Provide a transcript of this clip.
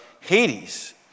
Hades